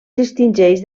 distingeix